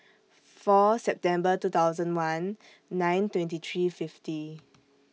four September two thousand one nine twenty three fifty